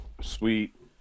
sweet